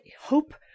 hope